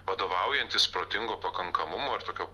vadovaujantis protingo pakankamumo ir tokio